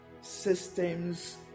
systems